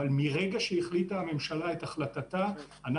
אבל מרגע שהחליטה הממשלה את החלטה אנחנו